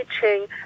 teaching